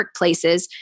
workplaces